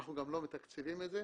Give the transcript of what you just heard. אנחנו גם לא מתקצבים את זה.